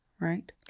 Right